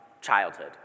childhood